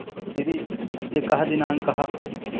सिरि अद्य कः दिनाङ्कः